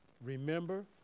remember